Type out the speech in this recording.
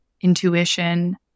intuition